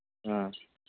ꯑ